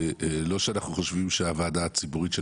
לא שאנחנו חושבים שהוועדה הציבורית של